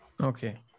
Okay